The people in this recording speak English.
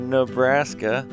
Nebraska